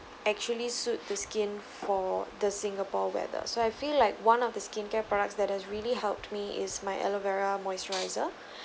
actually suit to skin for the singapore weather so I feel like one of the skincare products that has really helped me is my aloe vera moisturizer